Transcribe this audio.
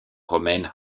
romaines